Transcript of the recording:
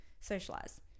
socialize